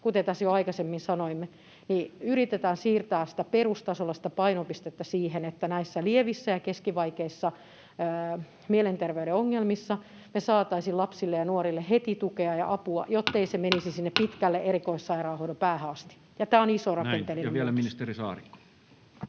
tässä jo aikaisemmin sanoimme, perustasolla sitä painopistettä siihen, että näissä lievissä ja keskivaikeissa mielenterveyden ongelmissa me saisimme lapsille ja nuorille heti tukea ja apua, jottei se menisi sinne pitkälle erikoissairaanhoidon päähän asti, ja tämä on iso rakenteellinen muutos.